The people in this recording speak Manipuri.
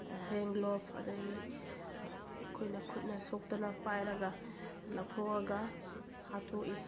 ꯍꯦꯟ ꯒ꯭ꯂꯣꯚ ꯑꯗꯒꯤ ꯑꯩꯈꯣꯏꯅ ꯈꯨꯠꯅ ꯁꯣꯛꯇꯅ ꯄꯥꯏꯔꯒ ꯂꯧꯊꯣꯛꯑꯒ ꯍꯥꯠꯇꯣꯛꯏ